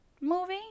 movie